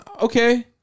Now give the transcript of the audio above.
Okay